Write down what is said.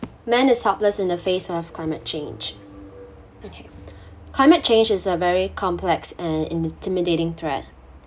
man is helpless in the face of climate change okay climate change is a very complex and intimidating threat